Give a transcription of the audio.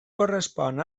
correspon